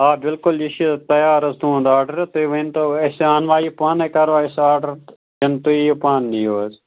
آ بِلکُل یہِ چھِ تَیار حظ تُہُنٛد آرڈَر تُہۍ ؤنۍتو أسۍ اَنوا یہِ پانَے کَروا أسۍ آرڈَر کِنہٕ تُہۍ یِیِو پانہٕ نِیِو حظ